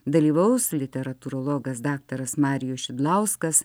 dalyvaus literatūrologas daktaras marijus šidlauskas